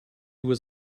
was